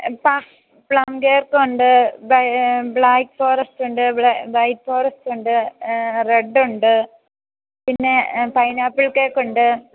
plum കേക്കൊണ്ട് black ഫോറെസ്റ്റൊണ്ട് white ഫോറെസ്റ്റൊണ്ട് റെഡൊണ്ട് പിന്നെ പൈനാപ്പിൾ കേക്കൊണ്ട്